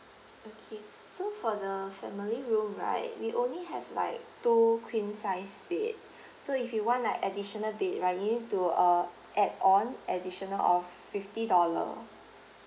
okay so for the family room right we only have like two queen size bed so if you want like additional bed I need you to uh add on additional of fifty dollar